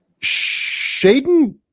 Shaden